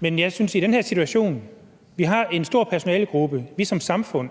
men jeg synes, at vi i den her situation har en stor personalegruppe, vi som samfund